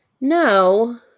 No